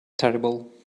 terrible